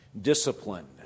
discipline